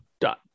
dot